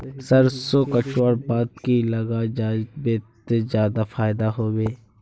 सरसों कटवार बाद की लगा जाहा बे ते ज्यादा फायदा होबे बे?